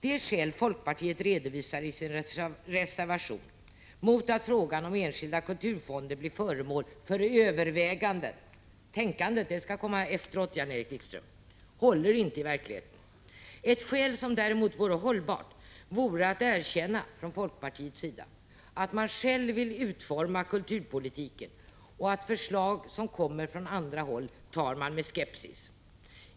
De skäl som folkpartiet redovisar i sin reservation mot att frågan om enskilda kulturfonder skall bli föremål för övervägande — tänkandet skall komma efteråt, Jan-Erik Wikström — håller inte i verkligheten. Ett hållbart skäl vore däremot att folkpartiet erkände att man själv vill utforma kulturpolitiken och att man betraktar förslag som kommer från andra håll med skepsis.